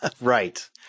Right